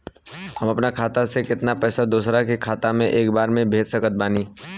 हम अपना खाता से केतना पैसा दोसरा के खाता मे एक बार मे भेज सकत बानी?